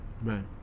right